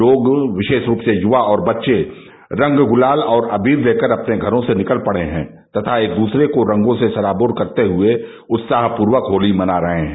लोग विशेष रूप से युवा और बच्चे रंग गुलाल और अबीर लेकर अपने घरो से निकल पड़े हैं तथा एक दूसरे को रंगो से सराबोर करते हुए उत्साहपूर्वक होली मना रहे हैं